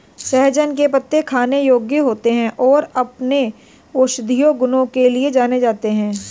सहजन के पत्ते खाने योग्य होते हैं और अपने औषधीय गुणों के लिए जाने जाते हैं